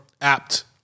apt